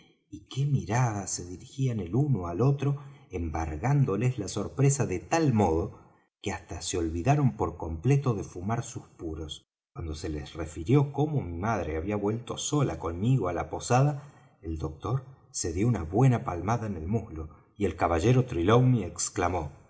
y qué miradas se dirijían el uno al otro embargándoles la sorpresa de tal modo que hasta se olvidaron por completo de fumar sus puros cuando se les refirió cómo mi madre había vuelto sola conmigo á la posada el doctor se dió una buena palmada en el muslo y el caballero trelawney exclamó